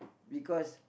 because